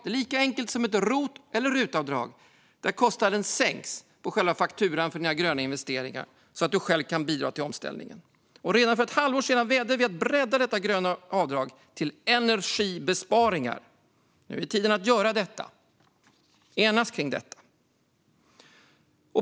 Det är lika enkelt som ett rot eller rutavdrag, och kostnaden sänks på själva fakturan för dina gröna investeringar så att du själv kan bidra till omställningen. Redan för ett halvår sedan vädjade vi om att bredda detta gröna avdrag till energibesparingar. Nu är tiden att göra det och enas kring detta.